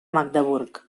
magdeburg